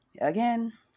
again